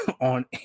on